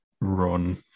run